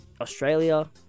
Australia